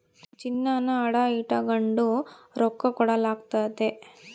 ಚಿನ್ನಾನ ಅಡ ಇಟಗಂಡು ರೊಕ್ಕ ಕೊಡಲಾಗ್ತತೆ